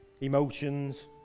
emotions